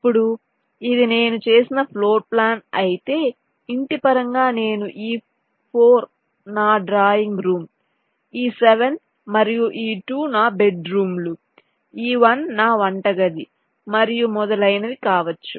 ఇప్పుడు ఇది నేను చేసిన ఫ్లోర్ప్లాన్ అయితే ఇంటి పరంగా నేను ఈ 4 నా డ్రాయింగ్ రూమ్ ఈ 7 మరియు ఈ 2 నా బెడ్రూమ్లు ఈ 1 నా వంటగది మరియు మొదలైనవి కావచ్చు